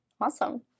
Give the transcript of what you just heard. Awesome